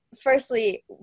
firstly